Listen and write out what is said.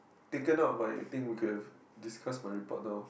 thicken out my thing we could discuss my report now